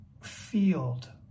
field